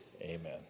amen